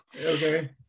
Okay